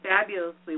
fabulously